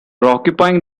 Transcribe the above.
occupying